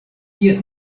ties